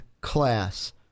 class